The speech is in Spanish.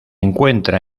encuentra